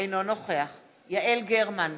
אינו נוכח יעל גרמן,